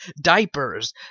diapers